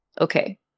Okay